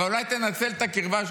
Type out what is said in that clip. אולי ננצל את הקרבה שלך,